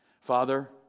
Father